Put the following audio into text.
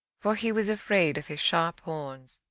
for he was afraid of his sharp horns.